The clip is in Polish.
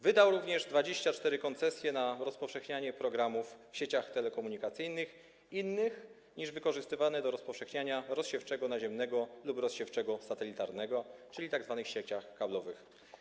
Wydał również 24 koncesje na rozpowszechnianie programów w sieciach telekomunikacyjnych, innych niż wykorzystywane do rozpowszechniania rozsiewczego naziemnego lub rozsiewczego satelitarnego, czyli tzw. sieciach kablowych.